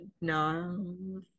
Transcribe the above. No